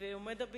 אנחנו מודים לך.